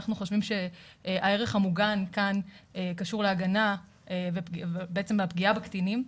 אנחנו חושבים שהערך המוגן כאן קשור בעצם בפגיעה בקטינים,